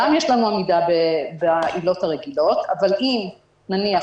גם יש לנו עמידה בעילות הרגילות אבל אם נניח